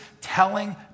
Telling